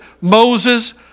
Moses